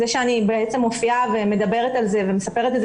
זה שאני מופיעה ומדברת על זה ומספרת את זה